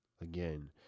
again